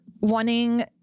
wanting